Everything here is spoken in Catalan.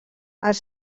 els